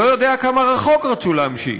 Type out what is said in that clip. לא יודע כמה רחוק רצו להמשיך.